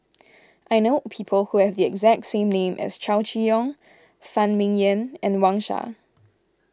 I know people who have the exact same name as Chow Chee Yong Phan Ming Yen and Wang Sha